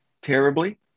terribly